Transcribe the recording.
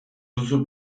duzu